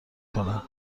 کنند